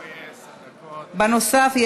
בנוסף,